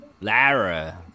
Lara